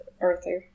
Arthur